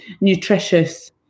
nutritious